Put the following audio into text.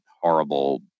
horrible